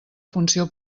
funció